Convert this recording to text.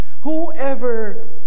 Whoever